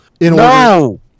No